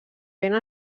vent